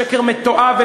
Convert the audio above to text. שקר מתועב,